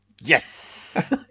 Yes